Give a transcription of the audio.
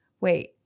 wait